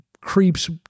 creeps